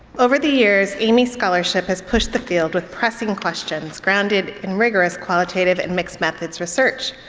over the years, amy's scholarship has pushed the field with pressing questions grounded in rigorous qualitative and mixed methods research.